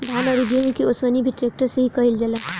धान अउरी गेंहू के ओसवनी भी ट्रेक्टर से ही कईल जाता